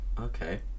Okay